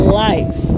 life